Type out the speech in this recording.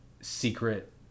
secret